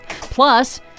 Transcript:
Plus